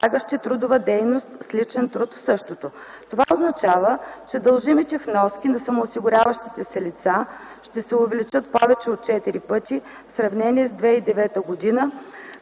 полагащи трудова дейност с личен труд в същото. Това означава, че дължимите вноски на самоосигуряващите се лица ще се увеличат повече от четири пъти в сравнение с 2009 г.